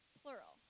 plural